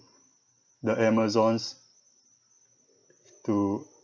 the amazons to